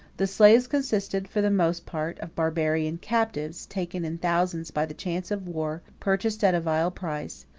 the slaves consisted, for the most part, of barbarian captives, taken in thousands by the chance of war, purchased at a vile price,